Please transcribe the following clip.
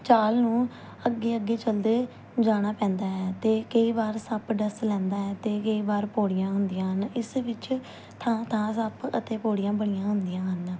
ਚਾਲ ਨੂੰ ਅੱਗੇ ਅੱਗੇ ਚਲਦੇ ਜਾਣਾ ਪੈਂਦਾ ਹੈ ਅਤੇ ਕਈ ਬਾਰ ਸੱਪ ਡੱਸ ਲੈਂਦਾ ਹੈ ਅਤੇ ਕਈ ਬਾਰ ਪੌੜੀਆਂ ਹੁੰਦੀਆਂ ਹਨ ਇਸ ਵਿੱਚ ਥਾਂ ਥਾਂ ਸੱਪ ਅਤੇ ਪੌੜੀਆਂ ਬਣੀਆਂ ਹੁੰਦੀਆਂ ਹਨ